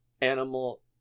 Animal